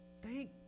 thank